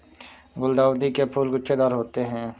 गुलदाउदी के फूल गुच्छेदार होते हैं